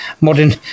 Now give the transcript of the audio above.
modern